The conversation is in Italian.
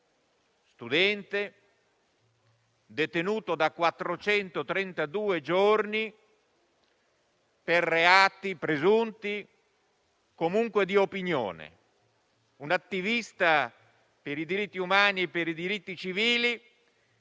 quattrocentotrentadue giorni per reati presunti e comunque di opinione; un attivista per i diritti umani e per i diritti civili